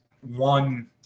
one